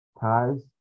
ties